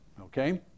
okay